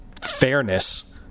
fairness